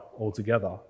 altogether